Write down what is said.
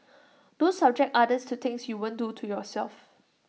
don't subject others to things you won't do to yourself